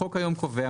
החוק היום קובע,